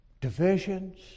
divisions